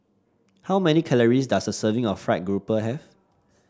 how many calories does a serving of fried grouper have